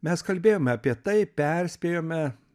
mes kalbėjome apie tai perspėjome